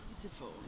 beautiful